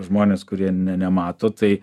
žmones kurie ne nemato tai